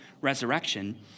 resurrection